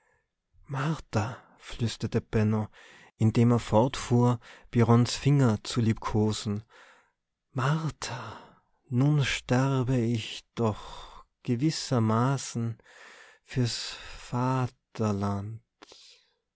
martha flüsterte benno indem er fortfuhr birrons finger zu liebkosen martha nun sterbe ich doch gewissermaßen fürs va